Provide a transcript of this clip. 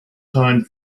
time